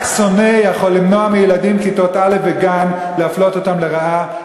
רק שונא יכול למנוע מילדים בכיתות א' וגן ולהפלות אותם לרעה,